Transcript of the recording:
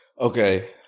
Okay